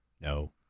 No